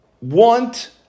want